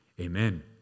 Amen